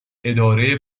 اداره